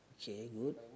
okay good